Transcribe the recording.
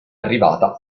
arrivata